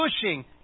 Pushing